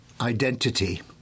identity